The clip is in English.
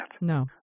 No